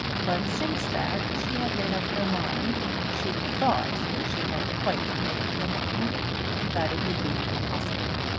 but since that she had made up her mind she thought that she had quite made up her mind that it would be impossible.